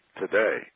today